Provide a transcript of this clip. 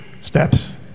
steps